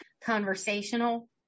conversational